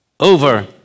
over